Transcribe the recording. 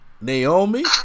Naomi